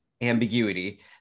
ambiguity